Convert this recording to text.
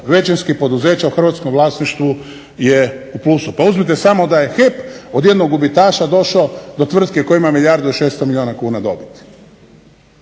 većinskih poduzeća u hrvatskom vlasništvu je u plusu. Pa uzmite samo da je HEP od jednog gubitaša došao do tvrtke koja ima milijardu i 600 milijuna kuna dobiti.